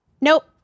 Nope